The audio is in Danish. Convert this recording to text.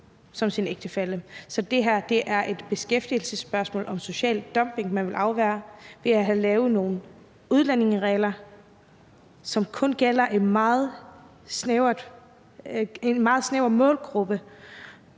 som ægtefællen? Så det her er et beskæftigelsesspørgsmål om social dumping, man vil afværge ved at have lavet nogle udlændingeregler, som kun gælder en meget snæver målgruppe,